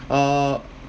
uh